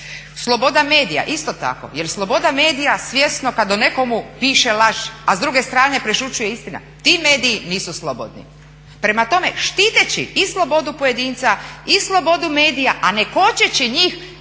Sloboda medija isto tako, jel sloboda medija svjesno kad o nekomu piše laži, a s druge strane prešućuje istina ti mediji nisu slobodni. Prema tome, štiteći i slobodu pojedinca i slobodu medija a ne kočeći njih